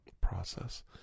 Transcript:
process